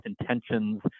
intentions